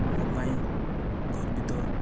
ମୋ ପାଇଁ ଗର୍ବିତ